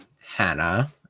Hannah